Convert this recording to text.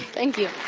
thank you.